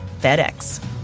FedEx